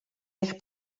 eich